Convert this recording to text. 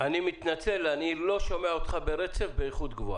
אתה מכיר את התופעה של יבוא חול יחד עם הטף?